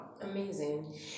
Amazing